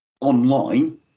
online